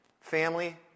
family